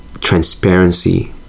transparency